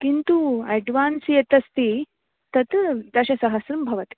किन्तु अड्वान्स् यत्तस्ति तत् दश सहस्रं भवतु